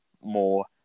more